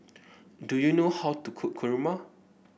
do you know how to cook Kurma